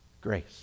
grace